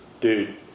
dude